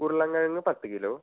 ഉരുളൻ കിഴങ്ങ് പത്ത് കിലോ